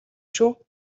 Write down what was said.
шүү